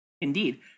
Indeed